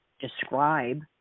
describe